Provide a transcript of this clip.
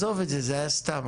עזוב את זה, זה היה סתם.